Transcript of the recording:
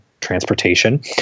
transportation